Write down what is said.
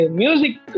music